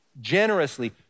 generously